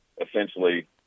essentially